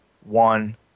one